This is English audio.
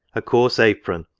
a coarse apron,